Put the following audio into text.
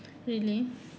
really